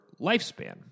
lifespan